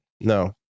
No